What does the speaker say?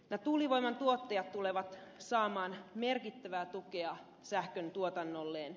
tuulivoiman tuottajat tulevat saamaan merkittävää tukea sähköntuotannolleen